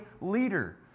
leader